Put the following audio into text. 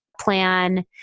plan